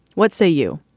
what say you?